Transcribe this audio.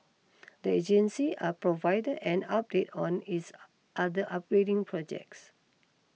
the agency are provided an update on its other upgrading projects